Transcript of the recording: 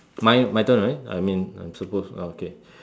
mine my turn right I mean I'm supposed to okay